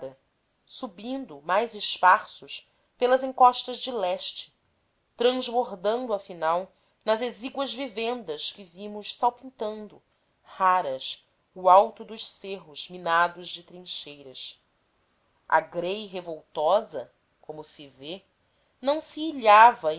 subindo mais esparsos pelas encostas de leste transbordando afinal nas exíguas vivendas que vimos salpintando raras o alto dos cerros minados de trincheiras a grei revoltosa como se vê não se ilhava